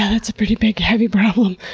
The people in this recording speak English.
that's a pretty big, heavy problem.